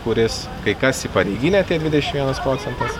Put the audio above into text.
kuris kai kas į pareiginę tie dvidešim vienas procentas